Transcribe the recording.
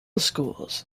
schools